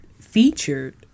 featured